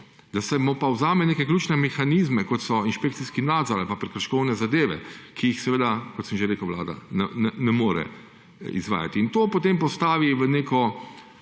da se mu pa vzame neke ključne mehanizme kot so inšpekcijski nadzor ali pa prekrškovne zadeve, ki jih seveda, kot sem že rekel, vlada ne more izvajati. In to potem postavi v neko